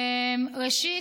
ראשית,